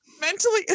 mentally